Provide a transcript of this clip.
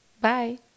Bye